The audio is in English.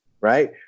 right